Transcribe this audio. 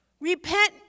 repent